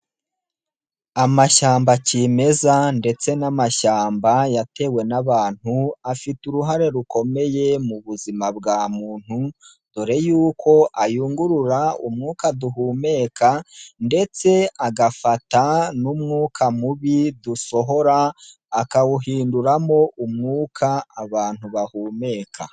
Amashyamba kimeza ndetse n'amashyamba yatewe n'abantu, afite uruhare rukomeye mu buzima bwa muntu, dore yuko ayungurura umwuka duhumeka ndetse agafata n'umwuka mubi dusohora, akawuhinduramo umwuka abantu bahumeka.